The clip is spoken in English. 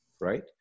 Right